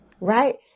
right